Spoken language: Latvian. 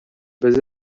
bez